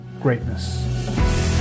greatness